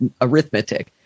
arithmetic